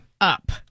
Up